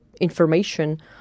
information